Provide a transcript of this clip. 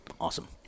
Awesome